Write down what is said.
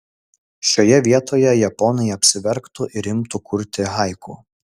šioje vietoje japonai apsiverktų ir imtų kurti haiku